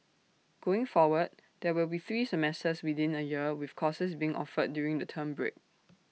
going forward there will be three semesters within A year with courses being offered during the term break